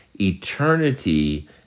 eternity